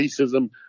racism